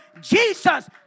Jesus